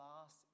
last